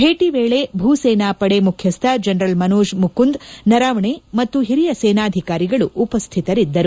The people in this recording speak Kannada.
ಭೇಟಿ ವೇಳೆ ಭೂಸೇನಾ ಪಡೆ ಮುಖ್ಯಸ್ನ ಜನರಲ್ ಮನೋಜ್ ಮುಕುಂದ್ ನರವಾಣೆ ಮತ್ತು ಹಿರಿಯ ಸೇನಾಧಿಕಾರಿಗಳು ಉಪಸ್ಥಿತರಿದ್ದರು